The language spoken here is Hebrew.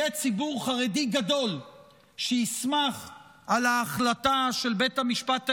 יהיה ציבור חרדי גדול שישמח על ההחלטה של בית המשפט העליון,